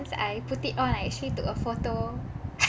I put it on I actually took a photo